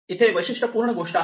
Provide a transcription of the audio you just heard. इथे वैशिष्ट्यपूर्ण गोष्ट आहे